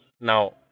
now